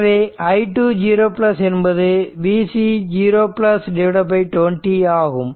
எனவே i20 என்பது Vc0 20 ஆகும்